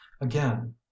again